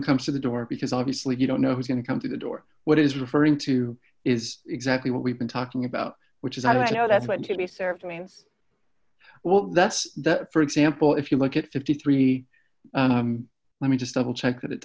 who comes to the door because obviously you don't know who's going to come to the door what is referring to is exactly what we've been talking about which is i don't know that's what to be served means well that's for example if you look at fifty three let me just double ch